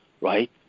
right